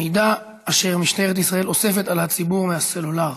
מידע אשר משטרת ישראל אוספת על הציבור מהסלולר.